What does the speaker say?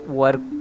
work